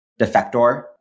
defector